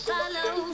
Follow